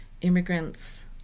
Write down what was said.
immigrants